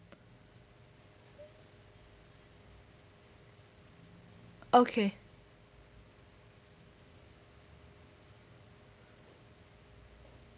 okay